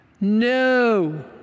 No